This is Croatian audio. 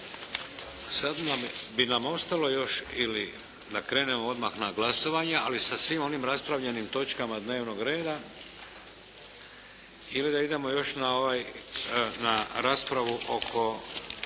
sad bi nam ostalo još ili da krenemo odmah na glasovanja, ali sa svim onim raspravljenim točkama dnevnog reda ili da idemo još na ovaj, na raspravu oko